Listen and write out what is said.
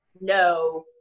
no